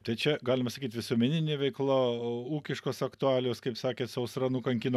tai čia galima sakyt visuomeninė veikla a ūkiškos aktualijos kaip sakėt sausra nukankino